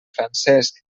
francesc